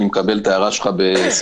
אני מקבל את ההערה שלך בשמחה.